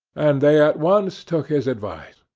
and they at once took his advice.